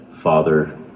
father